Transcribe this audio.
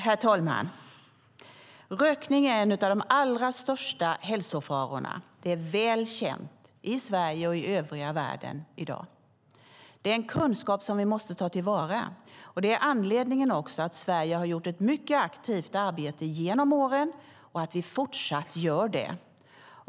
Herr talman! Rökning är en av de allra största hälsofarorna. Det är väl känt i Sverige och i övriga världen i dag. Det är en kunskap som vi måste ta till vara, och det är anledningen till att Sverige har gjort ett mycket aktivt arbete genom åren och att vi fortsatt gör det.